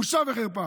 בושה וחרפה.